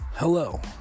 Hello